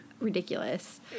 ridiculous